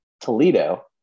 Toledo